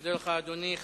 אני מודה לך, אדוני.